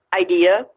idea